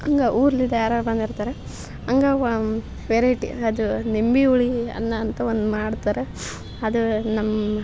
ಹಾಗ ಊರ್ಲಿಂದ ಯರಾದರೂ ಬಂದಿರ್ತಾರೆ ಹಂಗಾವೆ ವೆರೈಟಿ ಅದು ನಿಂಬೆ ಹುಳಿ ಅನ್ನ ಅಂತು ಒಂದು ಮಾಡ್ತಾರೆ ಅದು ನಮ್ಮ